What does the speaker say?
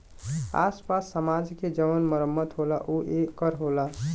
आस पास समाज के जउन मरम्मत होला ऊ ए कर होला